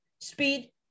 speed